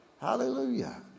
Hallelujah